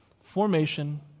formation